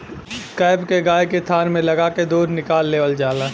cap के गाय के थान में लगा के दूध निकाल लेवल जाला